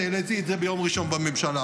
והעליתי את זה ביום ראשון בממשלה.